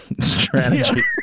strategy